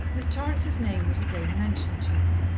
miss torrance's name was again mentioned to her.